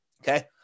Okay